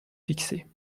fixée